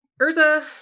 Urza